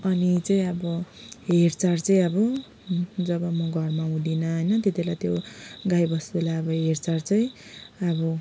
अनि चाहिँ अब हेरचाह चाहिँ अब जब म घरमा हुदिनँ होइन त्यतिबेला त्यो गाई बस्तुलाई अब हेरचाह चाहिँ अब